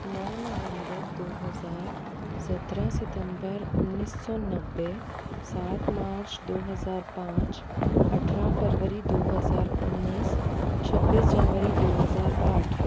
नौ नवम्बर दो हज़ार सत्रह सितम्बर उन्नीस सौ नब्बे सात मार्च दो हज़ार पाँच अट्ठारह फरवरी दो हज़ार उन्नीस छब्बीस जनवरी दो हज़ार आठ